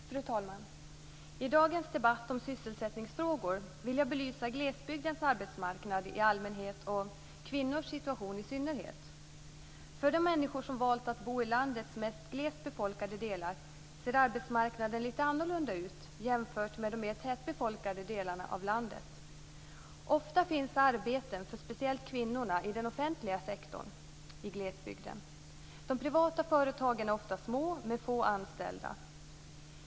Fru talman! I dagens debatt om sysselsättningsfrågor vill jag belysa glesbygdens arbetsmarknad i allmänhet och kvinnors situation i synnerhet. För de människor som valt att bo i landets mest glesbefolkade delar ser arbetsmarknaden litet annorlunda ut jämfört med de mer tätbefolkade delarna av landet. Ofta finns arbeten, speciellt för kvinnorna, i den offentliga sektorn i glesbygden. De privata företagen är vanligtvis små med få anställda.